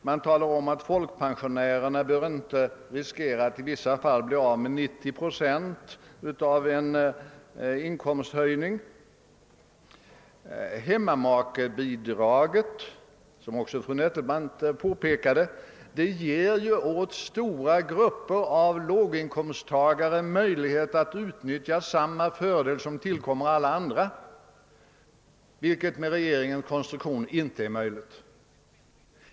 Man talar om: att folkpensionärerna inte skall behöva riskera att som nu — i vissa fall — bli. av med 90 procent av en inkomsthöjning. Det föreslagna hemmamakebidraget ger ju — som fru Nettelbrandt också påpekade — åt stora grupper av låginkomsttagare en möjlighet att utnyttja samma fördel som tillkommer alla andra, vilket med regeringens konstruktion inte är fallet.